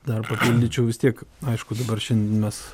dar papildyčiau vis tiek aišku dabar šiandien mes